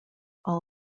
all